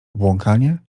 obłąkanie